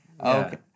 Okay